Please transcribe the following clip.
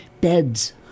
beds